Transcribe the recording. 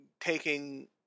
taking